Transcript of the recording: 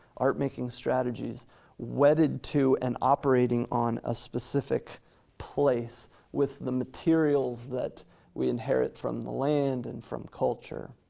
art-making strategies wedded to and operating on a specific place with the materials that we inherit from the land and from culture.